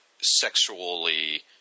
sexually